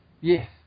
yes